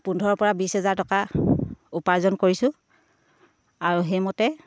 পোন্ধৰৰ পৰা বিছ হেজাৰ টকা উপাৰ্জন কৰিছোঁ আৰু সেইমতে